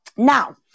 Now